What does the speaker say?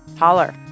holler.